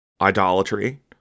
idolatry